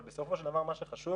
אבל בסופו של דבר מה שחשוב,